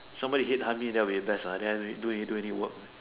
somebody headhunt me that will be the best lah then I don't need do any do any work